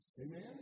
Amen